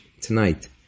tonight